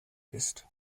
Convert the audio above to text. ist